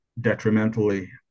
detrimentally